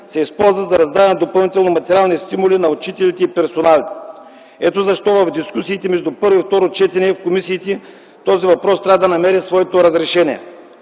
се използват за раздаване на допълнителни материални стимули на учителите и персонала. Ето защо в дискусиите между първо и второ четене в комисиите този въпрос трябва да намери своето разрешение.